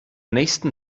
nächsten